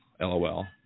lol